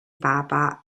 papa